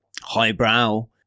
highbrow